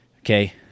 Okay